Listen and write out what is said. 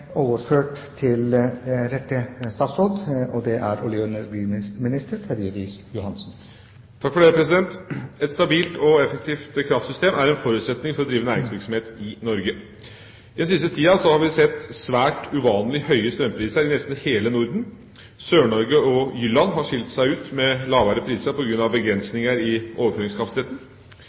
Et stabilt og effektivt kraftsystem er en forutsetning for å drive næringsvirksomhet i Norge. I den siste tiden har vi sett svært uvanlig høye strømpriser i nesten hele Norden. Sør-Norge og Jylland har skilt seg ut med lavere priser på grunn av begrensninger i